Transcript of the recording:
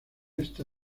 esta